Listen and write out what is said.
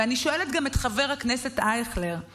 ואני שואלת גם את חבר הכנסת אייכלר,